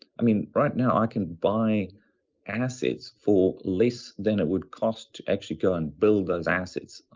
i mean, right now i can buy assets for less than it would cost to actually go and build those assets,